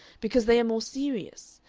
because they are more serious,